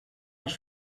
els